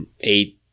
eight